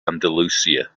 andalusia